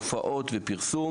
הופעות ופרסום.